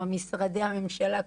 משרדי הממשלה,